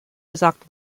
gesagt